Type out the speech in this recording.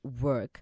work